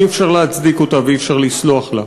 אי-אפשר להצדיק אותה ואי-אפשר לסלוח עליה.